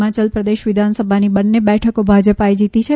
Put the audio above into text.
હિમાચલ પ્રદેશ વિધાનસભાની બંને બેઠકો ભાજપાએ જીતી છે